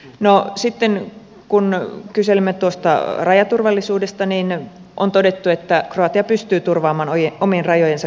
no sitten kun kyselimme tuosta rajaturvallisuudesta niin on todettu että kroatia pystyy turvaamaan omien rajojensa koskemattomuuden